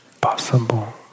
possible